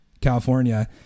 california